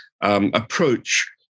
approach